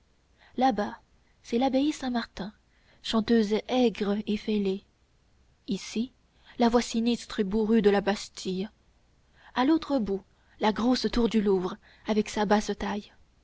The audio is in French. là-bas c'est l'abbaye saint-martin chanteuse aigre et fêlée ici la voix sinistre et bourrue de la bastille à l'autre bout la grosse tour du louvre avec sa